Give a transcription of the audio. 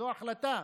זו החלטה.